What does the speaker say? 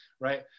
right